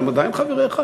אולי הם עדיין חבריך,